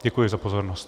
Děkuji za pozornost.